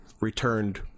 returned